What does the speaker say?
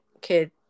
kid